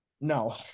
no